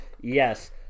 Yes